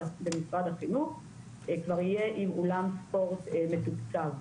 החינוך כבר יהיה עם אולם לספורט מתוקצב.